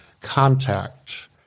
contact